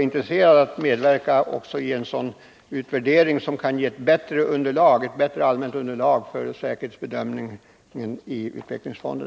intresserad av att medverka också i en sådan utvärdering som skulle ge ett bättre och vidare underlag för säkerhetsbedömningen i utvecklingsfonderna?